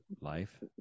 life